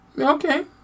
Okay